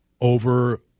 over